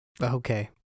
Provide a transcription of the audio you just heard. Okay